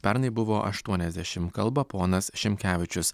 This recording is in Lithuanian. pernai buvo aštuoniasdešim kalba ponas šimkevičius